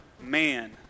man